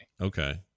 okay